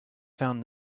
found